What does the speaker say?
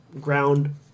ground